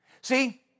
See